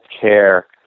care